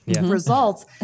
results